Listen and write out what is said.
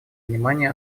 внимание